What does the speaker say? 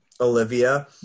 Olivia